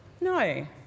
No